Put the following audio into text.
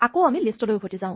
আকৌ আমি লিষ্টলৈ উভতি যাওঁ